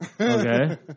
Okay